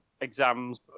exams